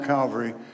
Calvary